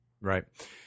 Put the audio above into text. Right